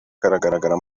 kagaragara